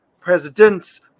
presidents